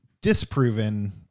disproven